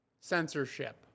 censorship